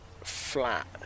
flat